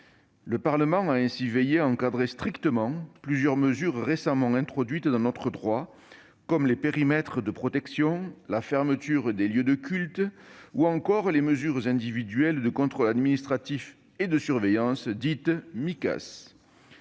Le Parlement a ainsi veillé à encadrer strictement plusieurs mesures récemment introduites dans notre droit, comme les périmètres de protection, la fermeture des lieux de culte ou encore les mesures individuelles de contrôle administratif et de surveillance, les Micas.